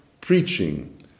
preaching